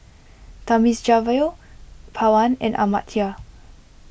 Thamizhavel Pawan and Amartya